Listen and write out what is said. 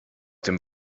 dem